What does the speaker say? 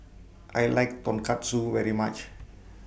I like Tonkatsu very much